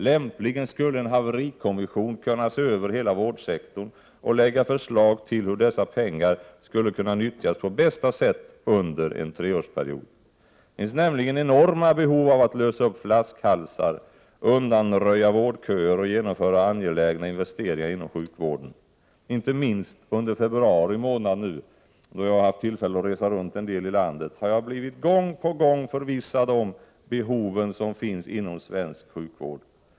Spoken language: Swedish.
Lämpligen skulle en haverikommission kunna se över hela vårdsektorn och lägga fram förslag till hur dessa pengar skulle kunna nyttjas på bästa sätt under en treårsperiod. Det finns nämligen enorma behov av att lösa upp flaskhalsar, undanröja vårdköer och genomföra angelägna investeringar inom sjukvården. Inte minst nu under februari månad, då jag haft tillfälle att resa runt en del i landet, har jag gång på gång blivit förvissad om behoven inom svensk sjukvård.